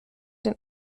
den